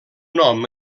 nom